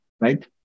Right